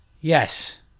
Yes